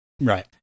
Right